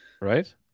right